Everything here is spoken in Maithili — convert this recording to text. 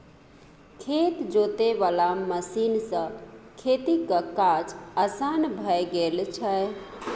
खेत जोते वाला मशीन सँ खेतीक काज असान भए गेल छै